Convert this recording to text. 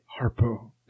Harpo